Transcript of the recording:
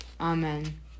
Amen